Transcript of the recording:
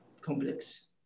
complex